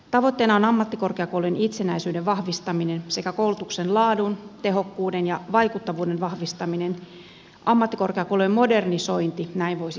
tavoitteena on ammattikorkeakoulujen itsenäisyyden vahvistaminen sekä koulutuksen laadun tehokkuuden ja vaikuttavuuden vahvistaminen ammattikorkeakoulujen modernisointi näin voisi sanoa